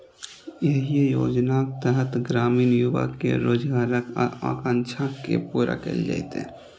एहि योजनाक तहत ग्रामीण युवा केर रोजगारक आकांक्षा के पूरा कैल जेतै